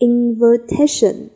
Invitation